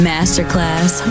Masterclass